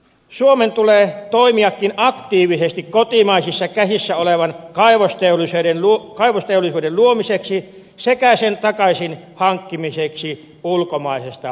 suomen tulee toimiakin aktiivisesti kotimaisissa käsissä olevan kaivosteollisuuden luomiseksi sekä sen takaisinhankkimiseksi ulkomaisesta omistuksesta